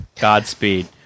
Godspeed